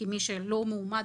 כי מי שלא מאומת,